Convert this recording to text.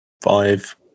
five